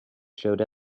showed